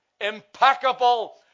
impeccable